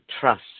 trust